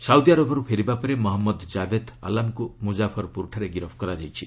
Saudi ଆରବରୁ ଫେରିବା ପରେ ମହଜ୍ଞଦ କାଭେଦ ଆଲାମଙ୍କୁ ମୁଜାଫରପୁରଠାରେ ଗିରଫ କରାଯାଇଛି